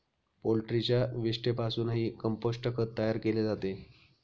पोल्ट्रीच्या विष्ठेपासूनही कंपोस्ट खत तयार केले जाते